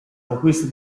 conquista